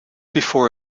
before